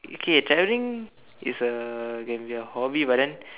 okay traveling is a can be a hobby but then